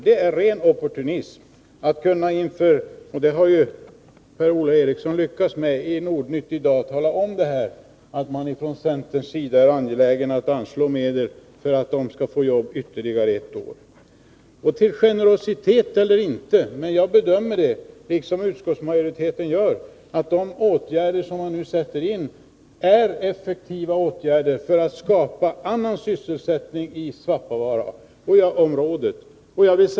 Det är ren opportunism från centerns sida när man för fram — vilket Per-Ola Eriksson lyckades göra via Nordnytt i dag — att man vill anslå medel för att människor skall få jobba ytterligare ett år. Generositet eller inte, men liksom utskottsmajoriteten bedömer jag det så att de åtgärder som nu sätts in är effektiva åtgärder för att skapa annan sysselsättning i Svappavaaraområdet.